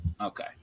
Okay